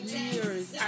years